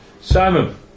Simon